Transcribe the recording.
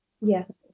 Yes